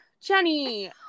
Jenny